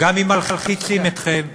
גם אם מלחיצים אתכם,